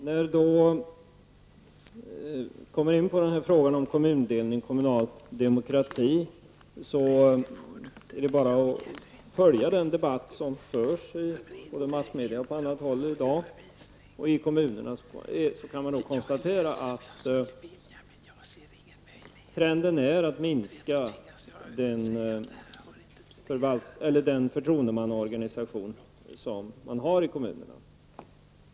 När det gäller frågan om kommundelning och kommunal demokrati vill jag säga att det bara är att följa den debatt som i dag förs i massmedia och på andra håll i kommunerna för att kunna konstatera att trenden är att minska den förtroendemannaorganisation som man har i kommunerna.